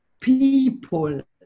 people